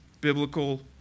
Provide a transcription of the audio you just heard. biblical